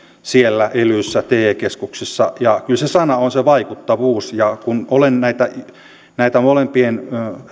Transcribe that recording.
siellä elyssä te keskuksissa ja kyllä se sana on se vaikuttavuus kun olen näiden molempien